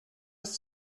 ist